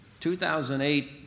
2008